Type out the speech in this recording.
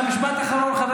תודה.